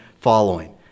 following